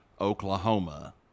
Oklahoma